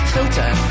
Filter